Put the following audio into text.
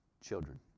children